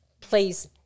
Please